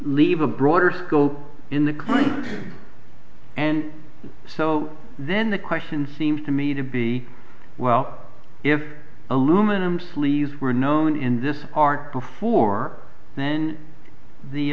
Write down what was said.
leave a broader scope in the crime and so then the question seems to me to be well if aluminum sleeves were known in this art before then the